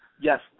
Yes